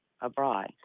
abroad